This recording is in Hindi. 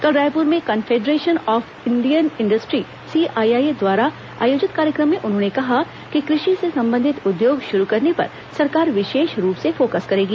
कल रायपुर में Confederation of Indian Industry CII द्वारा आयोजित कार्यक्रम में उन्होंने कहा कि कृषि से संबंधित उद्योग शुरू करने पर सरकार विशेष रूप से फोकस करेगी